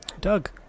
Doug